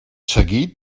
seguit